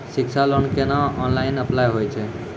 शिक्षा लोन केना online apply होय छै?